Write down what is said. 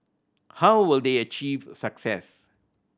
how will they achieve success